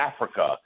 Africa